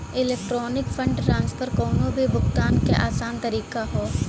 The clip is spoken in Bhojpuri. इलेक्ट्रॉनिक फण्ड ट्रांसफर कउनो भी भुगतान क आसान तरीका हौ